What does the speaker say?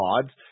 pods